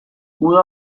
uda